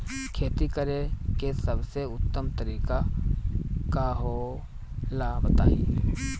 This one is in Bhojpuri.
खेती करे के सबसे उत्तम तरीका का होला बताई?